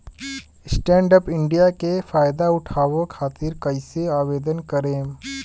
Stand up India के फाइदा उठाओ खातिर कईसे आवेदन करेम?